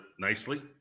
nicely